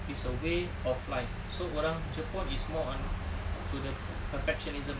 is a way of life so orang jepun is more on to the perfectionism